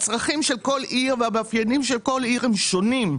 הצרכים של כל עיר והמאפיינים של כל עיר הם שונים.